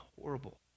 horrible